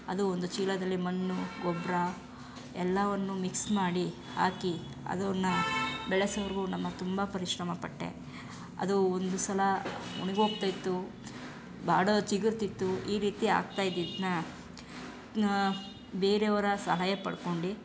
ಅದು ಒಂದು ಚೀಲದಲ್ಲಿ ಮಣ್ಣು ಗೊಬ್ಬರ ಎಲ್ಲವನ್ನೂ ಮಿಕ್ಸ್ ಮಾಡಿ ಹಾಕಿ ಅದನ್ನು ಬೆಳೆಸೋವರೆಗು ನಮ್ಮ ತುಂಬ ಪರಿಶ್ರಮ ಪಟ್ಟೆ ಅದು ಒಂದು ಸಲ ಒಣಗೋಗ್ತ ಇತ್ತು ಬಾಡೊ ಚಿಗುರುತಿತ್ತು ಈ ರೀತಿ ಆಗ್ತಾ ಇದ್ದಿದ್ದನ್ನ ಬೇರೆಯವರ ಸಹಾಯ ಪಡ್ಕೊಂಡು